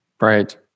Right